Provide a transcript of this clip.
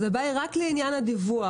הבעיה היא רק לעניין הדיווח.